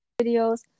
videos